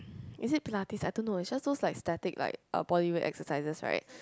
is it Pilates I don't know is just those like static like uh body weight exercises right